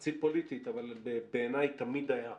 חצי פוליטית, אבל בעיניי תמיד היה,